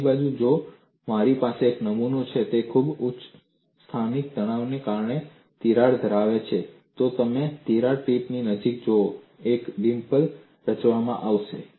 બીજી બાજુ જો મારી પાસે એક નમૂનો છે જે ખૂબ ઉચ્ચ સ્થાનિક તણાવને કારણે તિરાડ ધરાવે છે તો તમે તિરાડ ટીપની નજીક જોશો એક ડિમ્પલ રચવામાં આવશે